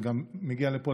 זה גם מגיע לפה,